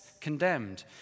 condemned